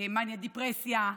מאניה דפרסיה,